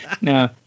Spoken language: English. No